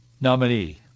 nominee